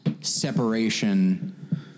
separation